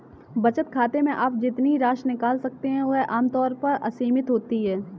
बचत खाते से आप जितनी राशि निकाल सकते हैं वह आम तौर पर असीमित होती है